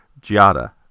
Giada